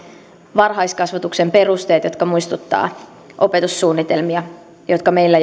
varhaiskasvatuksen perusteet jotka muistuttavat opetussuunnitelmia jotka meillä